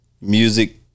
Music